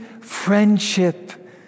friendship